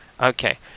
Okay